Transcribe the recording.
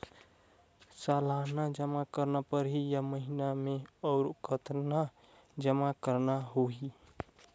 सालाना जमा करना परही या महीना मे और कतना जमा करना होहि?